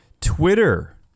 Twitter